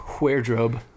Wardrobe